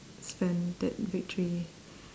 spend that victory